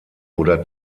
oder